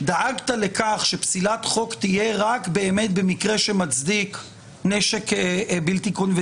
דאגת לכך שפסילת חוק תהיה רק באמת במקרה שמצדיק נשק בלתי-קונבנציונאלי,